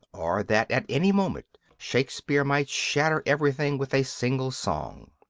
or that at any moment shakespeare might shatter everything with a single song.